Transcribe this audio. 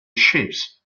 ships